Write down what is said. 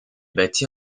bâtie